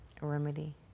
Remedy